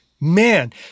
Man